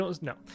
No